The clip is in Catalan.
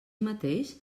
mateix